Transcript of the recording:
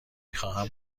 خواهم